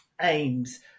aims